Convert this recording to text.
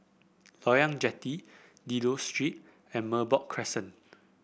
Loyang Jetty Dido Street and Merbok Crescent